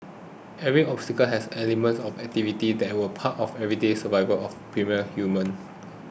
every obstacle has elements of activities that were part of everyday survival for the primal human